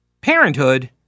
parenthood